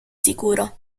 sicuro